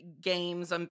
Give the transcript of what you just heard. games